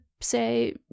say